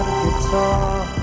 guitar